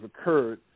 occurred